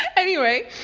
anyway,